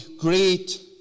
great